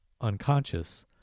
unconscious